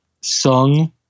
Sung